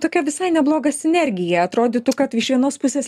tokia visai nebloga sinergija atrodytų kad iš vienos pusės